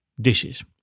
dishes